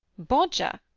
bodger!